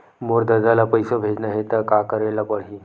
मोर ददा ल पईसा भेजना हे त का करे ल पड़हि?